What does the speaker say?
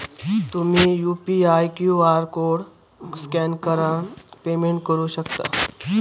तुम्ही UPI QR code scan करान payment करू शकता